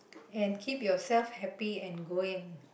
and keep yourself happy and going